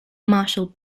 marshal